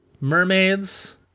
Mermaids